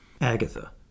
Agatha